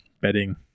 bedding